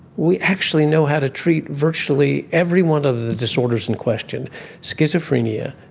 we actually know how to treat virtually every one of the disorders in question schizophrenia,